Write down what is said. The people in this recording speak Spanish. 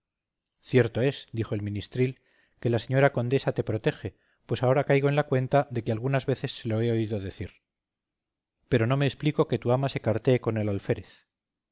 cierto es dijo el ministril que la señora condesa te protege pues ahora caigo en la cuenta de que algunas veces se lo he oído decir pero no me explico que tu ama se cartee con el alférez